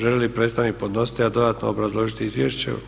Želi li predstavnik predložitelja dodatno obrazložiti izvješće.